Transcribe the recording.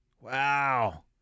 Wow